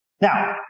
Now